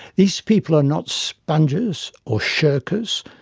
these people are not spongers or shirkers,